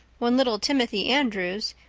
when little timothy andrews,